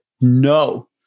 No